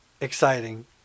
exciting